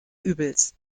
übels